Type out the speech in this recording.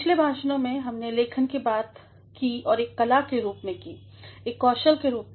पिछले भाषणों में हमने लेखन की बातएक कला के रूप में की एक कौशल के रूप में